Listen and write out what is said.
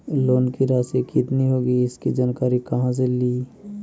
Loan की रासि कितनी होगी इसकी जानकारी कहा से ली?